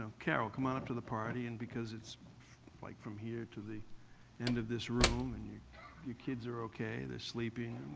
so carole, come on up to the party, and because it's like from here to the end of this room. and your your kids are ok, they're sleeping.